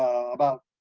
about,